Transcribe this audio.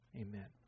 amen